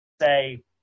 say